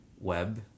web